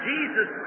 Jesus